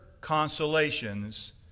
consolations